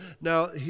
Now